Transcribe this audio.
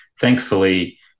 Thankfully